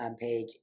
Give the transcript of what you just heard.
page